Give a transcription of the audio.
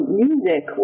music